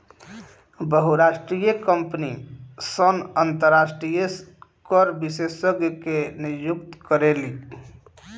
बहुराष्ट्रीय कंपनी सन अंतरराष्ट्रीय कर विशेषज्ञ के नियुक्त करेली